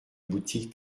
boutique